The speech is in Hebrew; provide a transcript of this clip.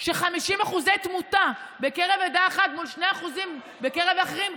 ש-50% תמותה בקרב עדה אחת מול 2% בקרב אחרים,